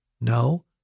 No